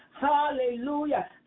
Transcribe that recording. hallelujah